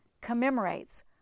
commemorates